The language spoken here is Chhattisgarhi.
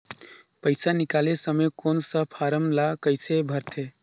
पइसा निकाले समय कौन सा फारम ला कइसे भरते?